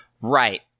Right